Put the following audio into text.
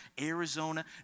Arizona